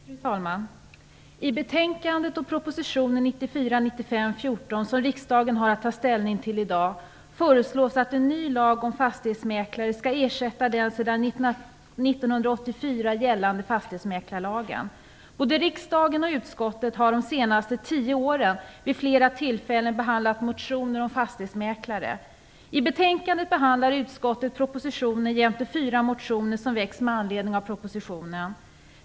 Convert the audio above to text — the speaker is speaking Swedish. Fru talman! I betänkandet och propositionen 1994/95:14 som riksdagen har att ta ställning till i dag föreslås att en ny lag om fastighetsmäklare skall ersätta den sedan 1984 gällande fastighetsmäklarlagen. Både riksdagen och utskottet har under de senaste tio åren vid ett flertal tillfällen behandlat motioner om fastighetsmäklare. I betänkandet behandlar utskottet propositionen jämte fyra motioner som väckts med anledning av propositionen.